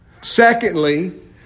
Secondly